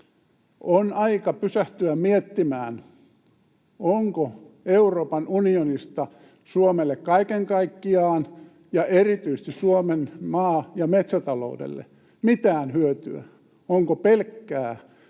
On aika pysähtyä miettimään, onko Euroopan unionista Suomelle kaiken kaikkiaan, ja erityisesti Suomen maa- ja metsätaloudelle, mitään hyötyä, onko pelkkää